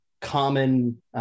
common